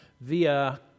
via